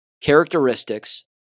characteristics